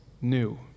new